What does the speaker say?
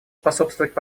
способствовать